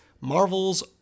Marvel's